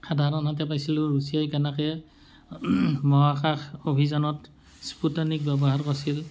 সাধাৰণতে পাইছিলোঁ ৰুচে কেনেকৈ মহাকাশ অভিযানত স্পুটনিক ব্যৱহাৰ কৰিছিল